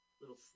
little